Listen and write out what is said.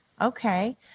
Okay